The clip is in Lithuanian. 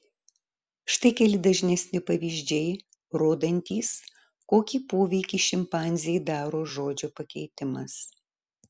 štai keli dažnesni pavyzdžiai rodantys kokį poveikį šimpanzei daro žodžio pakeitimas